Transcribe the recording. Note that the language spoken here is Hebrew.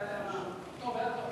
ההצעה להעביר את הנושא